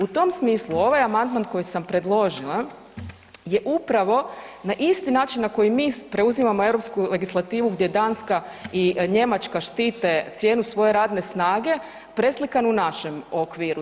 U tom smislu ovaj amandman koji sam predložila je upravo na isti način na koji mi preuzimao europsku legislativu gdje Danska i Njemačka štite cijenu svoje radne snage preslikan u našem okviru.